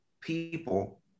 people